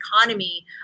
economy